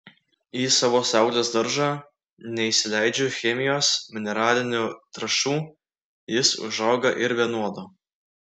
į savo saulės daržą neįsileidžiu chemijos mineralinių trąšų jis užauga ir be nuodo